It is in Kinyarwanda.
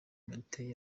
martin